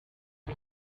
das